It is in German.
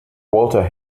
walter